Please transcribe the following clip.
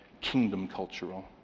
kingdom-cultural